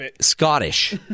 Scottish